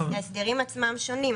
ההסדרים עצמם שונים,